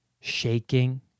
shaking